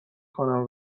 کنم